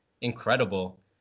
incredible